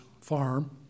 farm